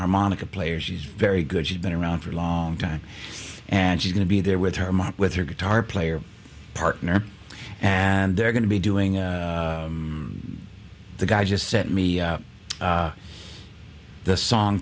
harmonica player she's very good she's been around for a long time and she's going to be there with her mom with her guitar player partner and they're going to be doing the guy just sent me the song